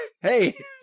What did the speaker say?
hey